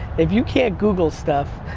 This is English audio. if you can't google stuff,